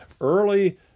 early